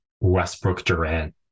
Westbrook-Durant